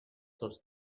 tots